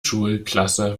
schulklasse